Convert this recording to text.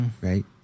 Right